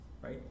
right